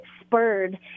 spurred